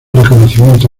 reconocimiento